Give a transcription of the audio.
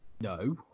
no